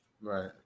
Right